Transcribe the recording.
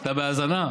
אתה בהאזנה?